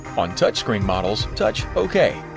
on touchscreen models, touch ok.